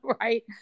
right